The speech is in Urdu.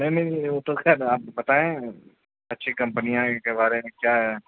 نہیں نہیں نہیں وہ تو خیر آپ بتائیں اچھی کمپنیاں کے بارے میں کیا ہے